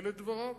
אלה דבריו.